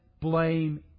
blame